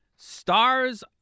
stars